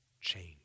change